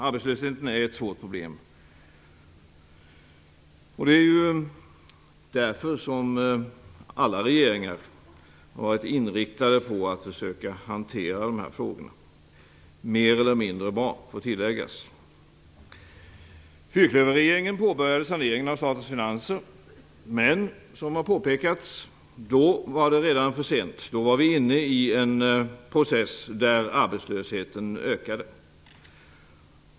Arbetslösheten är ett svårt problem. Det är därför som alla regeringar har varit inriktade på att försöka hantera dessa frågor - mer eller mindre bra, skall tilläggas. Fyrklöverregeringen påbörjade saneringen av statens finanser. Men det var då - som redan har påpekats - för sent. Då var vi inne i en process där arbetslösheten ökade.